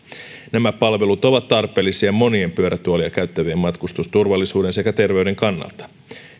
nämä palvelut ovat tarpeellisia monien pyörätuolia käyttävien matkustusturvallisuuden sekä terveyden kannalta